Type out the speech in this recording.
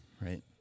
right